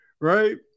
right